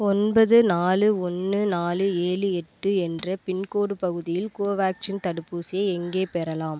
ஒன்பது நாலு ஒன்று நாலு ஏழு எட்டு என்ற பின்கோடு பகுதியில் கோவேக்சின் தடுப்பூசியை எங்கே பெறலாம்